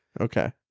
Okay